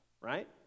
right